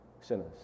sinners